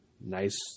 nice